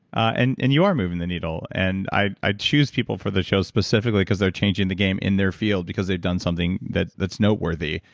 and and you are moving the needle, and i i choose people for the show specifically because they're changing the game in their field because they've done something that's noteworthy,